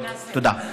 תודה.